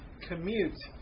commute